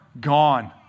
gone